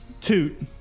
Toot